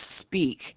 speak